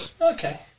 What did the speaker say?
Okay